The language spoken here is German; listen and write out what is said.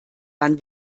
dann